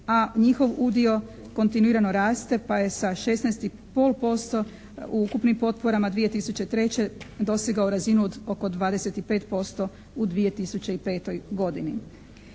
a njihov udio kontinuirano raste pa je sa 16,5% ukupnim potporama 2003. dosegao razinu od oko 25% u 2005. godini.